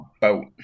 boat